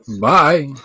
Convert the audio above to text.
Bye